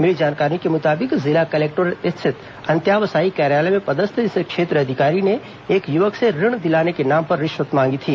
मिली जानकारी के मुताबिक जिला कलेक्टोरेट स्थित अंत्यावसायी कार्यालय में पदस्थ इस क्षेत्र अधिकारी ने एक युवक से ऋण दिलाने के नाम पर रिश्वत मांगी थी